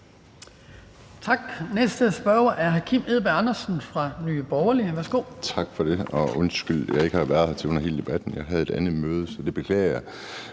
Tak. Næste spørger er hr. Kim Edberg Andersen fra Nye Borgerlige. Værsgo. Kl. 12:55 Kim Edberg Andersen (NB): Tak for det, og undskyld, at jeg ikke har været her under hele debatten. Jeg havde et andet møde. Så det beklager jeg.